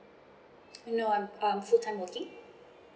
no I'm um full time working